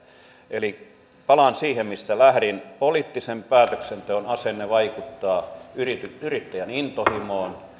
eli palaan siihen mistä lähdin poliittisen päätöksenteon asenne vaikuttaa yrittäjän intohimoon